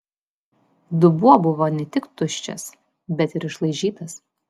dubuo buvo ne tik tuščias bet ir išlaižytas